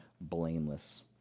blameless